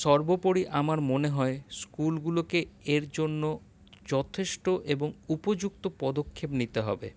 সর্বোপরি আমার মনে হয় স্কুলগুলোকে এর জন্য যথেষ্ট এবং উপযুক্ত পদক্ষেপ নিতে হবে